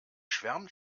schwärmt